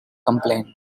complained